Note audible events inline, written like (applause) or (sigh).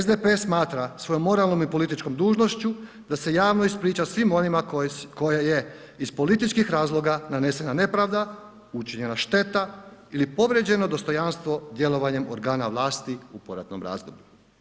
SDP smatra svojom moralnom i političkom dužnošću da se javno ispriča svim onima na koje je iz političkih razloga nanesena nepravda, učinjena šteta ili povrijeđeno dostojanstvo djelovanjem organa vlasti u ... (unintelligible) razdoblju.